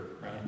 right